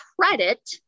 credit